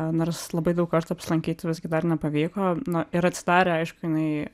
nors labai daug kartų apsilankyti visgi dar nepavyko nu ir atsidarė aišku jinai